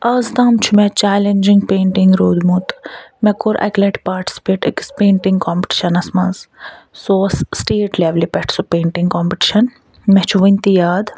آز تام چھِ مےٚ چَلینجِنٛگ پینٹِنٛگ روٗدمُت مےٚ کوٚر اَکہِ لَٹہِ پارٹِسِپیٹ أکِس پینٹِنٛگ کۄمپِٹِشَنَس منٛز سُہ اوس سِٹیٹ لیٚولہِ پٮ۪ٹھ سُہ پینٹِنٛگ کۄمپِٹِشَن مےٚ چھُ وُنہِ تہِ یاد